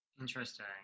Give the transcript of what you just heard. Interesting